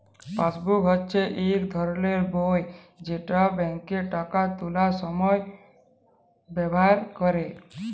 passbook হচ্যে ইক ধরলের বই যেট ব্যাংকে টাকা তুলার সময় ব্যাভার ক্যরে